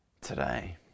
today